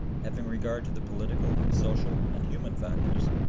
having regard to the political, social, and human factors,